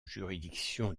juridiction